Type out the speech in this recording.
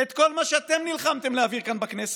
את כל מה שנלחמתם להעביר כאן בכנסת,